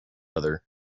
other